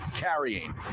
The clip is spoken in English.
carrying